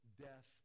death